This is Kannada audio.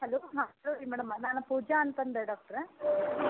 ಹಲೋ ಹಾಂ ಹಲೋ ರಿ ಮೇಡಮ್ ನಾನು ಪೂಜಾ ಅಂತಂದೆ ಡಾಕ್ಟ್ರ